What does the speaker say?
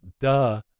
duh